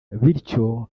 bityo